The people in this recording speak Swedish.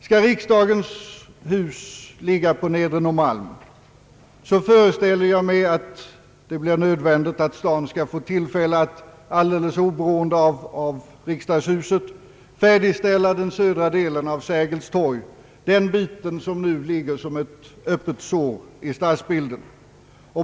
Skall riksdagens hus ligga på Nedre Norrmalm, föreställer jag mig att det blir nödvändigt att staden får tillfälle att alldeles oberoende av riksdagshuset färdigställa den södra delen av Sergels torg, den del som nu ligger som ett öppet sår i stadsbilden.